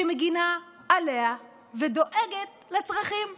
שמגינה עליה ודואגת לצרכים שלה.